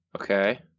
Okay